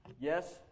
Yes